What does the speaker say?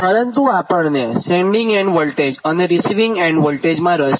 પરંતુ આપણને sending end voltage અને રીસિવીંગ એન્ડ વોલ્ટેજમાં રસ છે